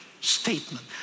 statement